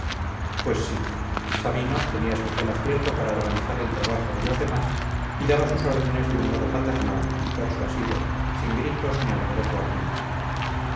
pues sí sabino tenía especial acierto para organizar el trabajo de los demás y daba sus órdenes de un modo paternal persuasivo sin gritos ni alboroto alguno